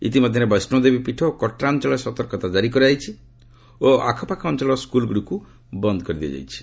ଇତିମଧ୍ୟରେ ବୈଷ୍ଣୋଦେବୀ ପୀଠ ଓ କଟ୍ରା ଅଞ୍ଚଳରେ ସତର୍କତା ଜାରି କରାଯାଇଛି ଓ ଆଖପାଖ ଅଞ୍ଚଳର ସ୍କୁଲ୍ଗୁଡ଼ିକୁ ବନ୍ଦ୍ କରିଦିଆଯାଇଛି